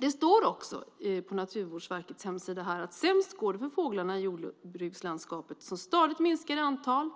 Det står på Naturvårdsverkets hemsida att sämst går det för fåglarna i jordbrukslandskapet som stadigt minskar i antal.